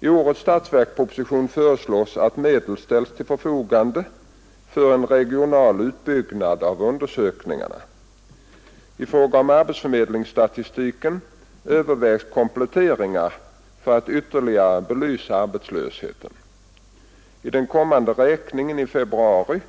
I årets 3 februari 1972 statsverksproposition föreslås att medel ställs till förfogande för en regional utbyggnad av undersökningarna. I fråga om arbetsförmedlingsstatistiken övervägs kompletteringar för att ytterligare belysa arbetslösheten. I den kommande räkningen i februari